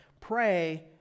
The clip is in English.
pray